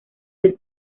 del